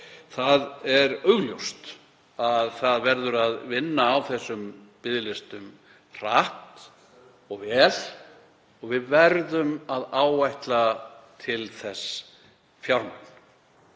Það er augljóst að það verður að vinna á þessum biðlistum hratt og vel og við verðum að áætla til þess fjármagn.